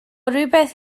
rywbeth